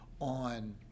on